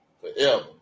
forever